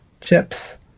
chips